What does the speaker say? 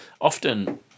Often